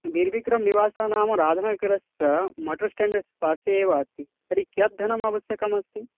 वीरविक्रमनिवासः नाम राजनगरस्य motor stand पार्श्वे एव अस्ति तर्हि कियद् धनम् आवश्यकम् अस्ति